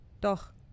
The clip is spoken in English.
Doch